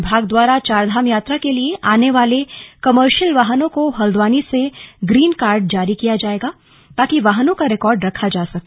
विभाग द्वारा चारधाम यात्रा के लिए आने वाले कमर्शियल वाहनों को हल्द्वानी से ग्रीन कार्ड जारी किया जाएगा ताकि वाहनों का रिकॉर्ड रखा जा सके